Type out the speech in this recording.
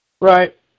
Right